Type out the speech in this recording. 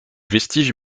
vestiges